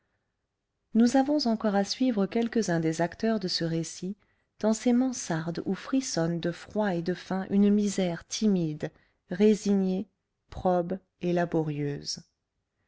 nous avons encore à suivre quelques-uns des acteurs de ce récit dans ces mansardes où frissonne de froid et de faim une misère timide résignée probe et laborieuse